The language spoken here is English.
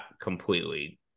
completely